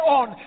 on